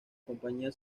compañía